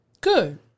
Good